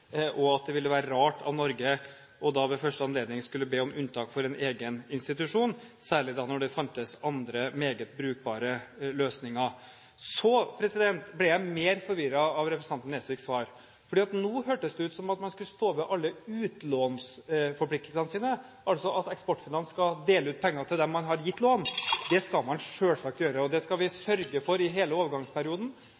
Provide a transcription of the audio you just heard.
og at det ville være rart av Norge ved første anledning å skulle be om unntak for en egen institusjon, særlig når det fantes andre, meget brukbare, løsninger. Jeg ble mer forvirret av representanten Nesviks svar, for nå hørtes det ut som om man skulle stå ved alle utlånsforpliktelsene sine, altså at Eksportfinans skal dele ut penger til dem man har gitt lån. Det skal man selvsagt gjøre. Det skal vi